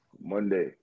Monday